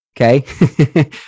Okay